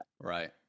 right